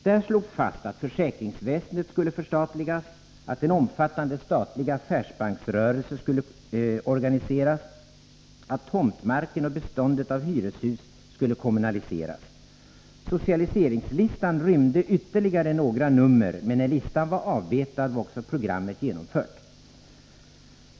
Där slogs fast att försäkringsväsendet skulle förstatligas, att en omfattande statlig affärsbanksrörelse skulle organiseras, att tomtmarken och beståndet av hyreshus skulle kommunaliseras. Socialiseringslistan rymde ytterligare några nummer, men när listan var avbetad var också programmet genomfört.